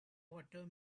water